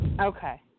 Okay